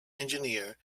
engineer